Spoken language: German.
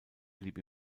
blieb